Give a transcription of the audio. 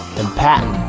and patent.